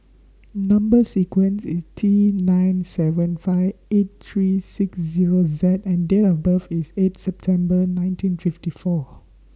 Number sequence IS T nine seven five eight three six Zero Z and Date of birth IS eighth September nineteen fifty four